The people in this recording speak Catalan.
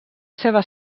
seva